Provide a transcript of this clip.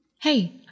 Hey